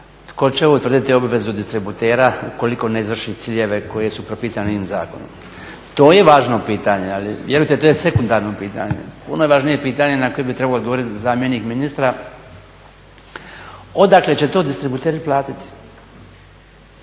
tko će utvrditi obvezu distributera ukoliko ne izvrši ciljeve koji su propisani ovim zakonom. To je važno pitanje, ali vjerujte to je sekundarno pitanje, puno je važnije pitanje na koje bi trebao odgovoriti zamjenik ministra odakle će to distributeri platiti.